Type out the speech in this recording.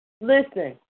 Listen